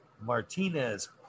Martinez